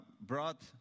brought